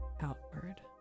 outward